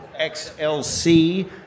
XLC